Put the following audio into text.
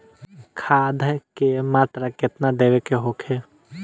खाध के मात्रा केतना देवे के होखे?